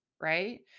right